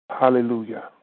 Hallelujah